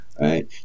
Right